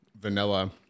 vanilla